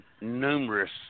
numerous